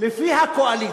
לפי הקואליציה.